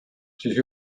siis